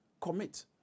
Commit